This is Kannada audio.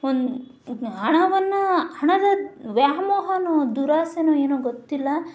ಒಂದು ಹಣವನ್ನು ಹಣದ ವ್ಯಾಮೋಹವೋ ದುರಾಸೆಯೋ ಏನೋ ಗೊತ್ತಿಲ್ಲ